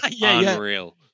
unreal